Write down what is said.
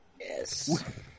Yes